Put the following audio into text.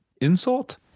insult